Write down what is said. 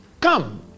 Come